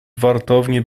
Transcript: wartowni